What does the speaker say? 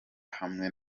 hamwe